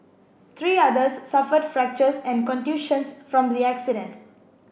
three others suffered fractures and contusions from the accident